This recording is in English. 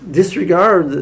disregard